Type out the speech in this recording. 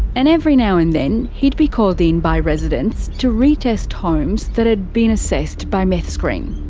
and every now and then he'd be called in by residents to re-test homes that had been assessed by meth screen.